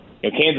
Kansas